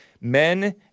men